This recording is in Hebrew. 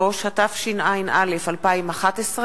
63), התשע"א 2011,